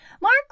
Mark